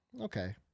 okay